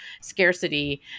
scarcity